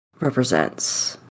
represents